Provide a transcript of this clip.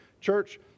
Church